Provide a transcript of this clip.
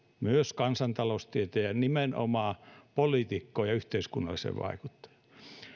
myös kansantaloustieteen ja nimenomaan poliitikkoon ja yhteiskunnalliseen vaikuttajaan